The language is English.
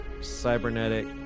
cybernetic